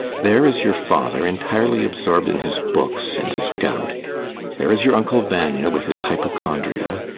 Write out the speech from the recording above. there is your father, entirely absorbed in his books, and his gout there is your uncle vanya with his hypochondria,